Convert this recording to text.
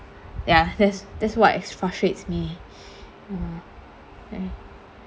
ya that's that's what it's frustrates me mm